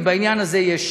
ובעניין הזה יש